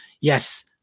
Yes